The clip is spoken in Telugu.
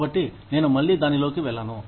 కాబట్టి నేను మళ్ళీ దానిలోకి వెళ్ళను